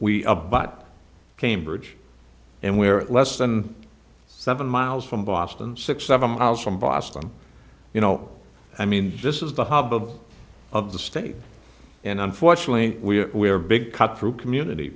are but cambridge and we're less than seven miles from boston six seven miles from boston you know i mean this is the hub of of the state and unfortunately we're we're big cut through community